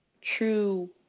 true